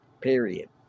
Period